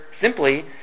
simply